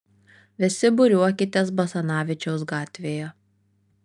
visi būriuokitės basanavičiaus gatvėje